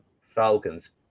Falcons